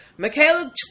Michaela